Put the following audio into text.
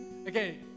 Okay